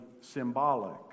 symbolic